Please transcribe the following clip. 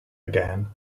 again